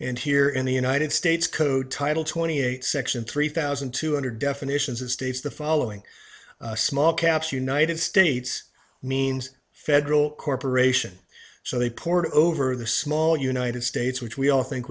and here in the united states code title twenty eight section three thousand two hundred definitions it states the following smallcaps united states means federal corporation so they pored over the small united states which we all think